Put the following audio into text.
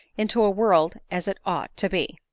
into a world as it ought to be.